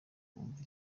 numva